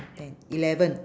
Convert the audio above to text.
ten eleven